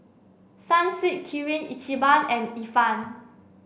Sunsweet Kirin Ichiban and Ifan